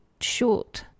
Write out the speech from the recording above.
short